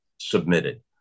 submitted